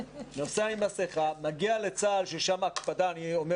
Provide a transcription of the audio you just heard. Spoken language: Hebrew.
נוסע עם מסכה ומגיע לצה"ל ששם ההקפדה אני אומר